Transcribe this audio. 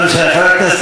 מפני שהם חריגים,